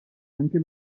anche